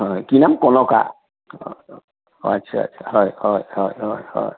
হয় কি নাম কনকা আচ্ছা আচ্ছা হয় হয় হয় হয় হয়